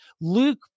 Luke